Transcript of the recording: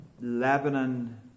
lebanon